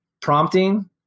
prompting